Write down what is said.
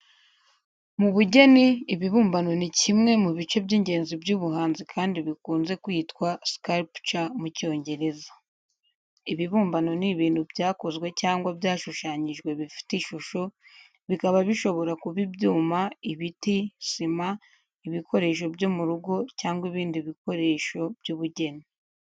Mu bugeni, ibibumbano ni kimwe mu bice by’ingenzi by’ubuhanzi, kandi bikunze kwitwa “sculpture” mu Cyongereza. Ibibumbano ni ibintu byakozwe cyangwa byashushanyijwe bifite ishusho, bikaba bishobora kuba ibyuma, ibiti, sima, ibikoresho byo mu rugo, cyangwa ibindi bikoresho by’ubugeni.